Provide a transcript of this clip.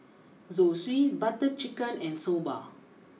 Zosui Butter Chicken and Soba